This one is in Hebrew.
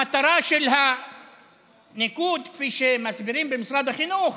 המטרה של הניקוד, כפי שמסבירים במשרד החינוך,